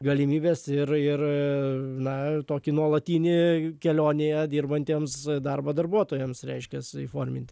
galimybės ir ir na tokį nuolatinį kelionėje dirbantiems darbą darbuotojams reiškias įforminti